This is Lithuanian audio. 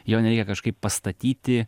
jo nereikia kažkaip pastatyti